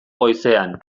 goizean